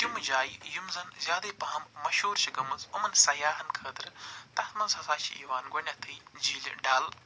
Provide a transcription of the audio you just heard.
تِمہٕ جایہِ یِم زن زیادٕے پَہم مشہوٗر چھِ گٔمٕژ یِمن سیاہن خٲطرٕ تتھ منٛز ہسا چھِ یِوان گۄڈنٮ۪تھٕے جیٖلہِ ڈل